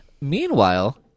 Meanwhile